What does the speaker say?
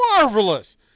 marvelous